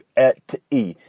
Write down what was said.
at e.